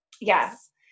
Yes